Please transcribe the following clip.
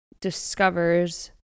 discovers